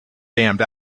damned